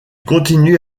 continue